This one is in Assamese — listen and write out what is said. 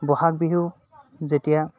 বহাগ বিহু যেতিয়া